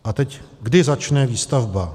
A teď kdy začne výstavba.